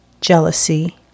jealousy